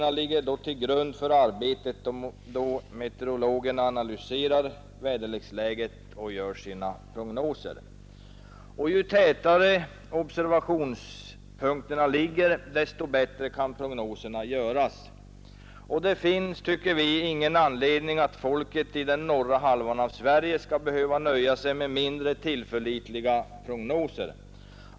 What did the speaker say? Där läggs uppgifterna till grund för meteorologernas arbete med att analysera väderleksläget och göra prognoser. Ju tätare observationspunkterna ligger desto bättre kan prognoserna göras. Det finns enligt vår uppfattning ingen anledning att folket i den norra halvan av Sverige skall behöva nöja sig med mindre tillförlitliga prognoser.